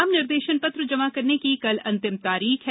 नाम निर्देशन पत्र जमा करने की कल अंतिम तारीख है